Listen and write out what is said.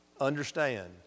understand